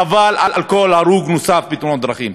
חבל על כל הרוג נוסף בתאונות דרכים.